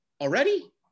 already